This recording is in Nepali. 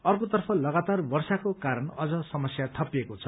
अर्कोतर्फ लगातार वर्षाको कारण अझ समस्या थपिएको छ